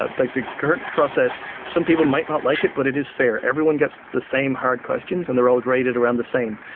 ah like the current process, some people might not like it, but it is fair. everyone gets the same hard questions and they're all graded around the same.